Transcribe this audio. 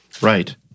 Right